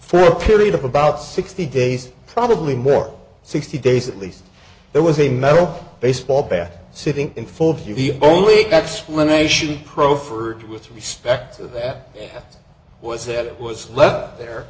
for a period of about sixty days probably more sixty days at least there was a metal baseball bat sitting in full view the only explanation pro for it with respect to that was that it was left there